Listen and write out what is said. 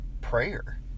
prayer